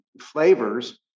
flavors